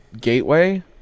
Gateway